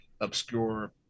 obscure